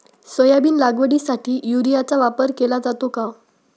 Soybean लागवडीसाठी युरियाचा वापर केला जातो का?